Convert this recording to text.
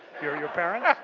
your your parents.